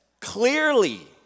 clearly